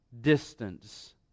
distance